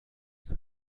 you